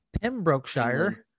Pembrokeshire